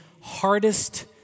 hardest